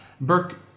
Burke